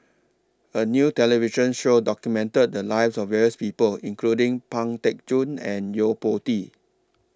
A New television Show documented The Lives of various People including Pang Teck Joon and Yo Po Tee